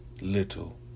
little